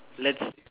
let's